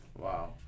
Wow